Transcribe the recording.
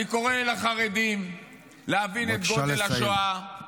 אני קורא לחרדים להבין את גודל השעה,